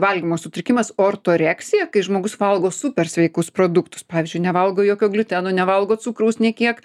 valgymo sutrikimas ortoreksija kai žmogus valgo super sveikus produktus pavyzdžiui nevalgo jokio gliuteno nevalgo cukraus nė kiek